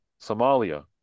Somalia